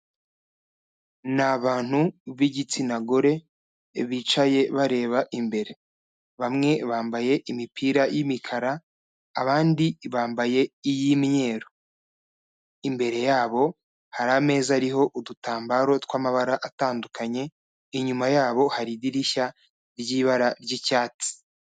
Ni abantu b'igitsina gore bicaye bareba imbere, bamwe bambaye imipira y'imikara, abandi bambaye iy'imweruru, imbere yabo hari ameza ariho udutambaro tw'amabara atandukanye inyuma yabo hari idirishya ry'ibara ry'icyatsi.